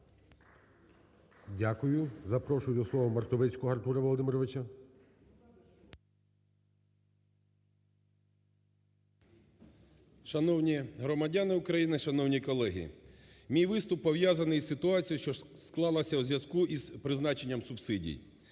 Дякую. Запрошую до слова Мартовицького Артура Володимировича. 13:33:48 МАРТОВИЦЬКИЙ А.В. Шановні громадяни України, шановні колеги, мій виступ пов'язаний із ситуацією, що склалася у зв'язку з призначенням субсидій.